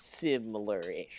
Similar-ish